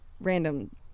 random